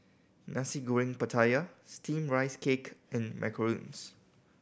Nasi Goreng Pattaya Steamed Rice Cake and macarons